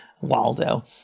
Waldo